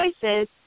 choices